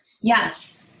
yes